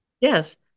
Yes